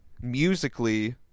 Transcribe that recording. musically